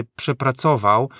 przepracował